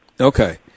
Okay